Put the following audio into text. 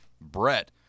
Brett